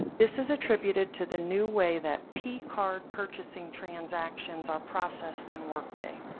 this is attributed to the new way that p card purchasing transactions are processed in work day.